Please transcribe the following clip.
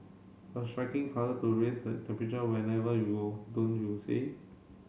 a striking colour to raise the temperature whenever you were don't you say